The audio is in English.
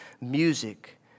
music